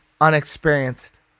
unexperienced